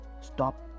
stop